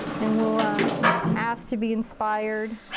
and we'll ah ask to be inspired